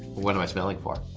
what am i smelling for?